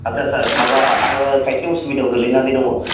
आथसा सार माबा आङो खायसे असुबिदायाव गोलैनानै दङ